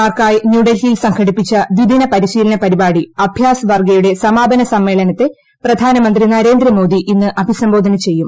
മാർക്കായി ന്യൂഏിൽപ്റിയിൽ സംഘടിപ്പിച്ച ദ്വിദിന പരി ശീലന പരിപാടി അഭ്യാസ് വർശ്ശയുട്ടെ സമ്മേളനത്തെ പ്രധാന മന്ത്രി നരേന്ദ്രമോദി ഇന്ന് ദ് അടിസംബോധന ചെയ്യും